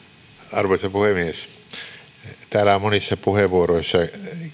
arvoisa puhemies täällä on monissa puheenvuoroissa